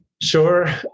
Sure